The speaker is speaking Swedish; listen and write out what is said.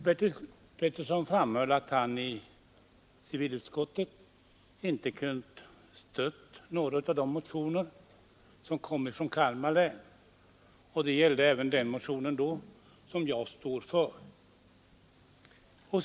Bertil Petersson framhöll att han i civilutskottet inte kunnat stödja några av de motioner som kommit från Kalmar län, och detta gällde även den motion som jag har skrivit mitt namn under.